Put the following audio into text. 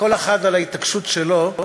כל אחד על ההתעקשות שלו,